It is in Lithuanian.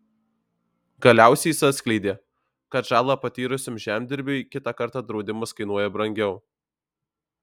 galiausiai jis atskleidė kad žalą patyrusiam žemdirbiui kitą kartą draudimas kainuoja brangiau